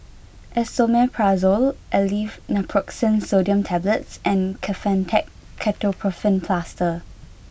Esomeprazole Aleve Naproxen Sodium Tablets and Kefentech Ketoprofen Plaster